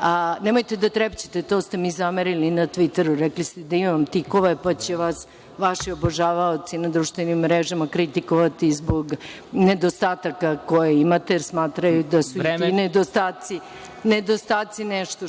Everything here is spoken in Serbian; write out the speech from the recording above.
ime…Nemojte da trepćete, to ste mi zamerili na Tviteru, rekli ste da imam tikove, pa će vas vaši obožavaoci na društvenim mrežama kritikovati zbog nedostataka koje imate, jer smatraju da su i ti nedostaci nešto